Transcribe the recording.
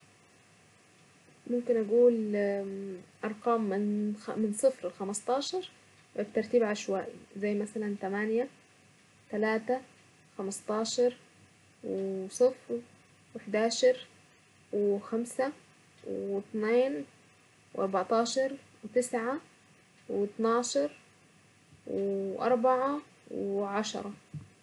ممكن اقول ارقام من من صفر لخمس عشر الترتيب عشوائي زي مثلا تمانية تلاتة خمس عشر واحد عشر وخمسة واثنين واربعة عشر وتسعة واثني عشر واربعة وعشرة.